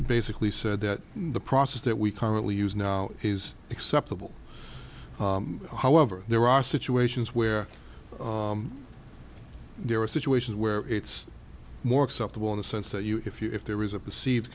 basically said that the process that we currently use now is acceptable however there are situations where there are situations where it's more acceptable in the sense that you if you if there is a